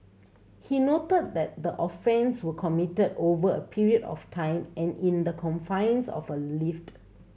he noted that the offence were committed over a period of time and in the confines of a lift